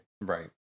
Right